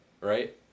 right